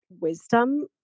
wisdom